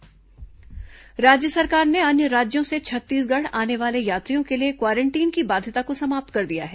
quarantine बाध्यता राज्य सरकार ने अन्य राज्यों से छत्तीसगढ़ आने वाले यात्रियों के लिए क्वॅरेंटीन की बाध्यता को समाप्त कर दिया है